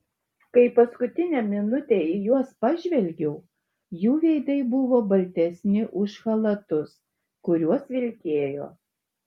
kai paskutinę minutę į juos pažvelgiau jų veidai buvo baltesni už chalatus kuriuos vilkėjo